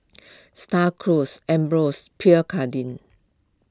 Star Cruise Ambros Pierre Cardin